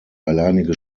alleinige